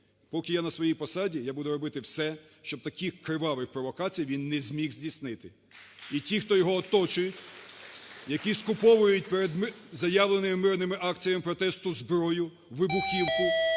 Поки я на свій посаді буду робити все, щоб таких кровавих провокацій він не зміг здійснити. І ті, хто його оточують, які скуповують перед заявленими мирними акціями протесту зброю, вибухівку,